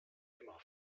immer